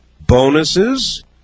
Bonuses